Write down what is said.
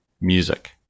music